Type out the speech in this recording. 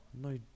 No